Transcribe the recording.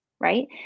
right